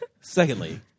Secondly